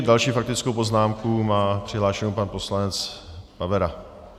Další faktickou poznámku má přihlášenou pan poslanec Pavera.